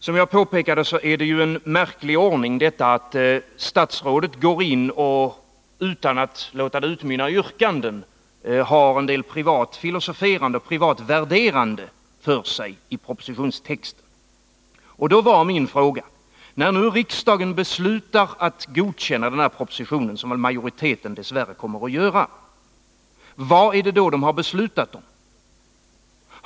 Som jag påpekade är det en märklig ordning att statsrådet går in och utan Nr 28 att låta det utmynna i yrkanden — har en del privat filosoferande och Onsdagen den värderande för sig i propositionstexten. Min fråga var: När nu riksdagen 19 november 1980 beslutar att godkänna den här propositionen — vilket väl majoriteten dess värre kommer att göra — vad är det då ni beslutar om?